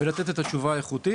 ולתת את התשובה האיכותית.